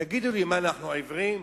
תגידו לי, מה, אנחנו עיוורים,